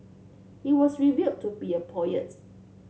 he was revealed to be a poets